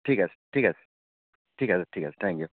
ঠিক আছে ঠিক আছে ঠিক আছে ঠিক আছে থেংকিউ